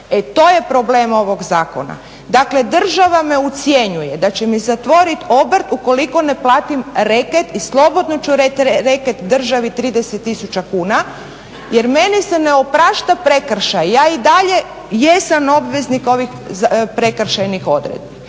E to je problem ovog zakona. Dakle država me ucjenjuje da će mi zatvoriti obrt ukoliko ne platim reket i slobodno ću reket državi 30 tisuća kuna jer meni se oprašta prekršaj, ja i dalje jesam obveznik ovih prekršajnih odredbi.